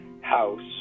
house